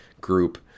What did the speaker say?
group